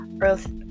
earth